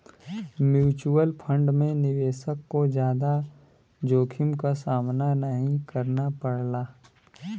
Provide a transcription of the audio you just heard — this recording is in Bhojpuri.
म्यूच्यूअल फण्ड में निवेशक को जादा जोखिम क सामना नाहीं करना पड़ला